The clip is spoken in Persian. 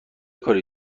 کاری